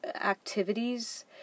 activities